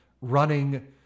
running